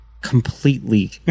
completely